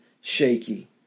shaky